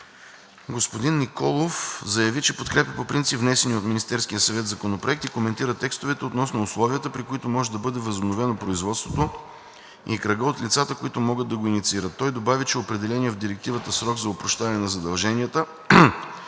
Господин Николов заяви, че подкрепя по принцип внесения от Министерския съвет законопроект и коментира текстовете относно условията, при които може да бъде възобновено производството, и кръга от лицата, които могат да го инициират. Той добави, че определеният в директивата срок за опрощаване на задълженията